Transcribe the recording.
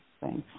Thanks